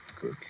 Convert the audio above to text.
Good